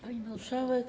Pani Marszałek!